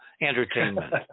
entertainment